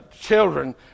children